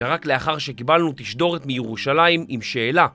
ורק לאחר שקיבלנו תשדורת מירושלים עם שאלה